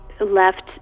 left